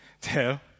tell